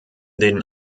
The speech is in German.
den